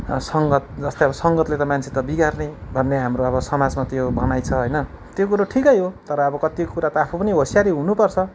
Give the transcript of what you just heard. अब सङ्गत जस्तै अब सङ्गतले गर्दा मान्छे त बिगार्ने भन्ने हाम्रो अब समाजमा त्यो भनाइ छ क्यो कुरो ठिकै हो तर अब कति कुरा त आफू पनि होसियारी हुनुपर्छ